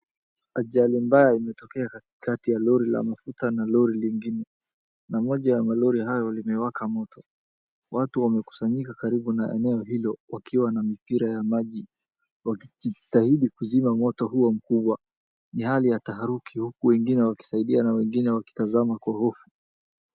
Ajali mbaya imetokea katikati ya lori la mafuta na lori lingine. Na moja ya malori hayo limewaka moto. Watu wamekusanyika karibu na eneo hilo wakiwa na mipira ya maji, wakijitahidi kuzima moto huo mkubwa. Ni hali ya taharuki huku wengine wakisaidia na wengine wakitazama kwa hofu.